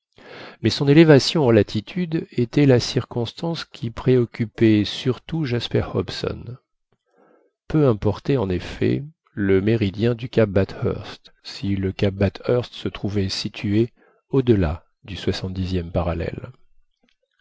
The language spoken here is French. mais son élévation en latitude était la circonstance qui préoccupait surtout jasper hobson peu importait en effet le méridien du cap bathurst si le cap bathurst se trouvait situé au-delà du soixante dixième parallèle